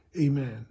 Amen